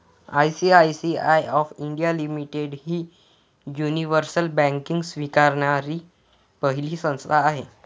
ICICI of India limited ही universal banking स्वीकारणारी पहिली संस्था आहे